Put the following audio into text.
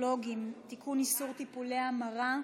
הפסיכולוגים (תיקון, איסור טיפולי המרה):